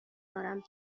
دارم